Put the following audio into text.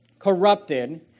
corrupted